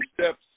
steps